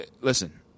listen